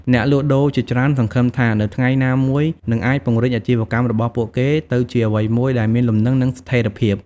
អ្នកលក់ដូរជាច្រើនសង្ឃឹមថា នៅថ្ងៃណាមួយនឹងអាចពង្រីកអាជីវកម្មរបស់ពួកគេទៅជាអ្វីមួយដែលមានលំនឹង និងស្ថេរភាព។